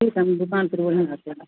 ठीक है हम दुकान पर बोलें आते हैं